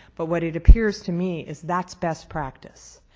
but what it appears to me is that's best practice.